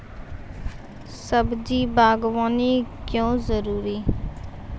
सब्जी बागवानी क्यो जरूरी?